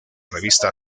revista